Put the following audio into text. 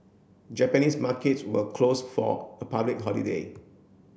Japanese markets were closed for a public holiday